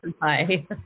Bye